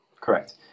correct